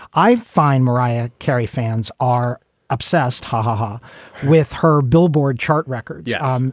i find mariah carey fans are obsessed ha-ha-ha with her billboard chart record. yeah. um